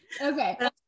okay